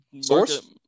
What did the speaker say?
Source